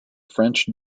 french